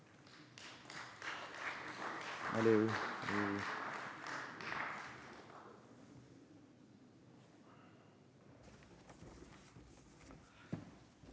Merci